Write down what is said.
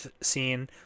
scene